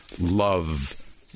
Love